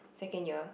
second year